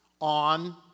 on